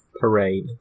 parade